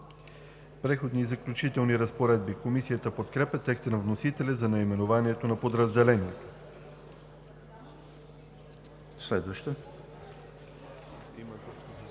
„Преходни и заключителни разпоредби“. Комисията подкрепя текста на вносителя за наименованието на подразделението. ПРЕДСЕДАТЕЛ